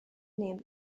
name